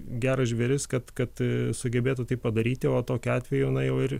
geras žvėris kad kad sugebėtų taip padaryti o tokiu atveju na jau ir